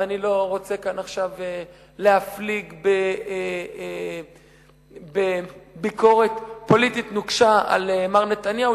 ואני לא רוצה כאן עכשיו להפליג בביקורת פוליטית נוקשה על מר נתניהו,